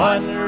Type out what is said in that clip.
One